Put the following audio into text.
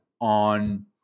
on